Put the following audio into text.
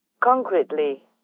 concretely